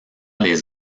les